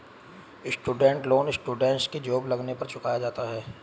student loan students की job लगने पर चुकाया जाता है